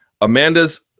Amanda's